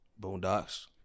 Boondocks